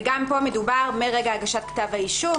וגם פה מדובר מרגע הגשת כתב האישום,